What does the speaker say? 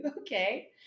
okay